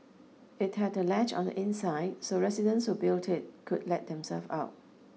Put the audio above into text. it had a latch on the inside so residents who built it could let themselves out